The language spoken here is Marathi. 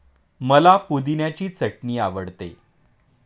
मला पुदिन्याची चटणी आवडते